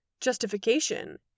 justification